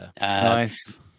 Nice